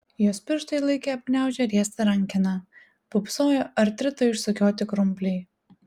jos pirštai laikė apgniaužę riestą rankeną pūpsojo artrito išsukioti krumpliai